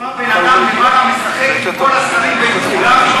שבא בן-אדם אחד ומשחק עם כל השרים ועם כולם?